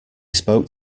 spoke